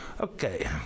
okay